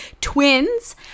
twins